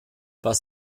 was